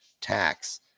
tax